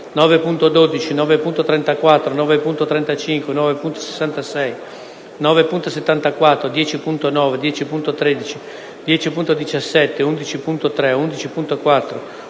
9.12, 9.34, 9.35, 9.66, 9.74, 10.9, 10.13, 10.17, 11.3, 11.4,